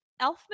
Elfman